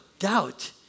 Doubt